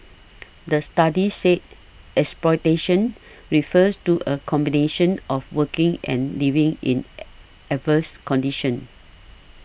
the study said exploitation refers to a combination of working and living in adverse conditions